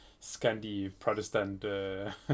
Scandi-Protestant